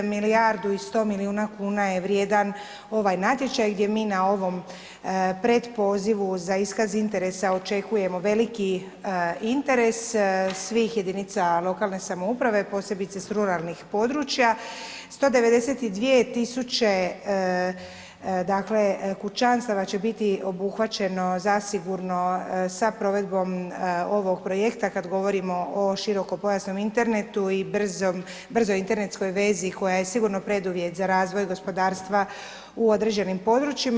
Milijardu i 100 milijuna kuna je vrijedna ovaj natječaj gdje mi na ovom pretpozivu za iskaz interesa očekujemo veliki interes svih jedinica lokalne samouprave, posebice s ruralnih područja, 192 000, dakle, kućanstava će biti obuhvaćeno zasigurno sa provedbom ovog projekta kad govorimo o širokopojasnom internetu i brzoj internetskoj vezi koja je sigurno preduvjet za razvoj gospodarstva u određenim područjima.